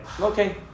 okay